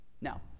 Now